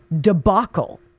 debacle